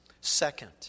Second